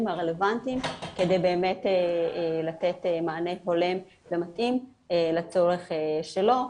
הרלוונטיים כדי לתת מענה הולם ומתאים לצורך שלו.